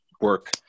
work